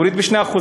להוריד ב-2%,